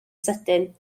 sydyn